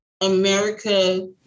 America